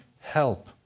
help